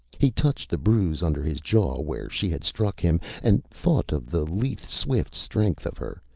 he touched the bruise under his jaw where she had struck him, and thought of the lithe, swift strength of her,